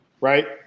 right